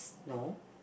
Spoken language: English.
no